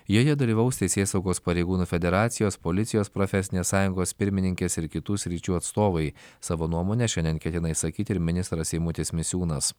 joje dalyvaus teisėsaugos pareigūnų federacijos policijos profesinės sąjungos pirmininkės ir kitų sričių atstovai savo nuomonę šiandien ketina išsakyti ir ministras eimutis misiūnas